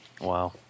Wow